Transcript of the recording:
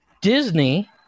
Disney